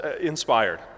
inspired